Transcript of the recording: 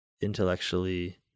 intellectually